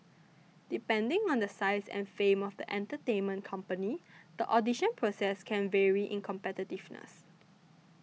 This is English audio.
depending on the size and fame of the entertainment company the audition process can vary in competitiveness